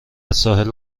ساحل